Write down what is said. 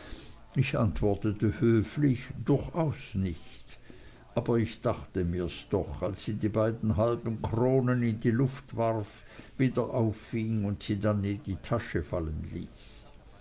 ich antwortete höflich durchaus nicht aber ich dachte mirs doch als sie die beiden halben kronen in die luft warf wieder auffing und sie dann in die tasche fallen ließ